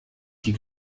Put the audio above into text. die